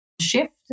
shift